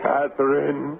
Catherine